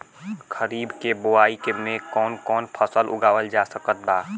खरीब के बोआई मे कौन कौन फसल उगावाल जा सकत बा?